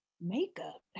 Makeup